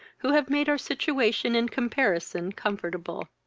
who have made our situation in comparison comfortable.